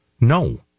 No